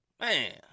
Man